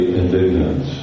indignant